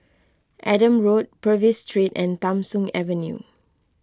Adam Road Purvis Street and Tham Soong Avenue